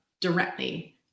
directly